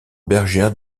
bergère